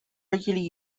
regularly